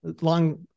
long